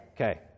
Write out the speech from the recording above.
Okay